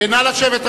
נא לשבת,